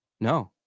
No